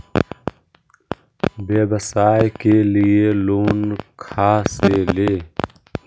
व्यवसाय के लिये लोन खा से ले?